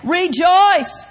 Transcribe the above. rejoice